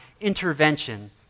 intervention